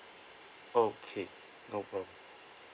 okay no problem